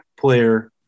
player